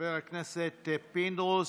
חבר הכנסת פינדרוס,